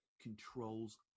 controls